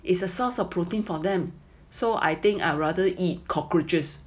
is a source of protein for them so I think I'd rather eat cockroaches